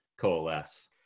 coalesce